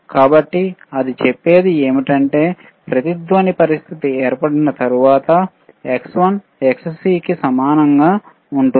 కాబట్టి అది చెప్పేది ఏమిటంటే రెజోనెOట్ పరిస్థితి ఏర్పడిన తర్వాత Xl Xc కి సమానంగా ఉంటుంది